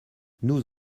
nous